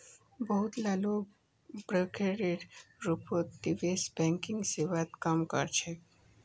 बहुत ला लोग ब्रोकरेर रूपत निवेश बैंकिंग सेवात काम कर छेक